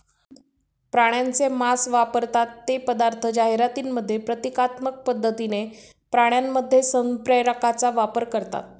प्राण्यांचे मांस वापरतात ते पदार्थ जाहिरातींमध्ये प्रतिकात्मक पद्धतीने प्राण्यांमध्ये संप्रेरकांचा वापर करतात